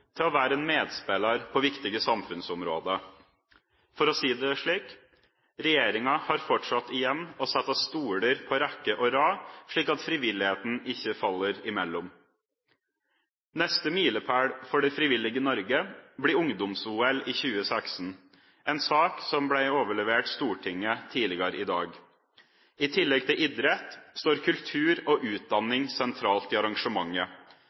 til å være en medspiller på viktige samfunnsområder. For å si det slik: Regjeringa har fortsatt igjen å sette stoler på rekke og rad, slik at frivilligheten ikke faller imellom. Neste milepæl for det frivillige Norge blir ungdoms-OL i 2016 – en sak som ble overlevert Stortinget tidligere i dag. I tillegg til idrett står kultur og utdanning sentralt i arrangementet,